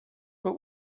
but